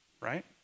Right